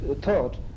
thought